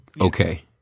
okay